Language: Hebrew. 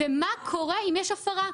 ומה קורה אם יש הפרה.